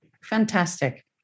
Fantastic